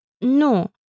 No